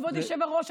כבוד היושב-ראש,